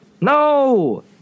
No